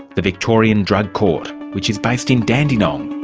the victorian drug court, which is based in dandenong,